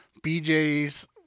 BJ's